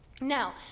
Now